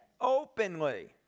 openly